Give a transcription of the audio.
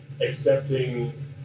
accepting